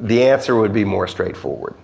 the answer would be more straight forward.